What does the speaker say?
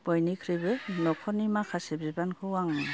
बयनिख्रुइबो न'खरनि माखासे बिबानखौ आं